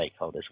stakeholders